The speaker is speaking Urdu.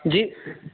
جی